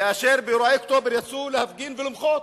כאשר באירועי אוקטובר יצאו להפגין ולמחות,